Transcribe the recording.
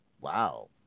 Wow